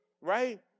right